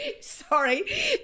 Sorry